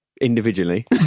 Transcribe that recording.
individually